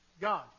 God